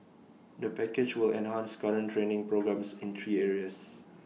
the package will enhance current training programmes in three areas